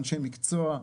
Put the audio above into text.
אנשי מקצוע,